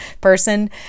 person